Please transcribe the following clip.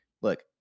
look